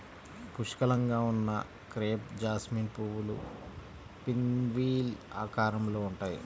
పుష్కలంగా ఉన్న crape jasmine పువ్వులు పిన్వీల్ ఆకారంలో ఉంటాయి